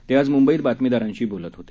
ते आज म्ंबईत बातमीदारांशी बोलत होते